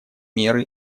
меры